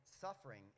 suffering